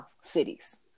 cities